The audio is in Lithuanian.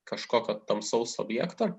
kažkokio tamsaus objekto